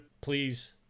please